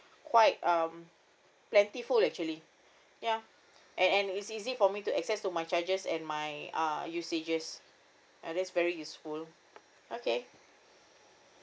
quite um plentiful actually ya and and it's easy for me to access to my charges and my uh usages uh that's very useful okay